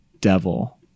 devil